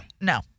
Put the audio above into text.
No